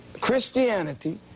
christianity